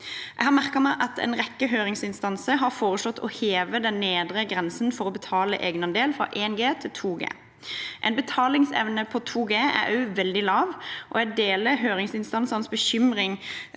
Jeg har merket meg at en rekke høringsinstanser har foreslått å heve den nedre grensen for å betale egenandel fra 1 G til 2 G. En betalingsevne på 2 G er også veldig lav. Jeg deler høringsinstansenes bekymring